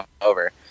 over